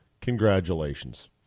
Congratulations